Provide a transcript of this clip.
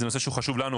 זה נושא שהוא חשוב לנו,